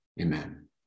Amen